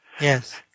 Yes